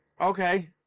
Okay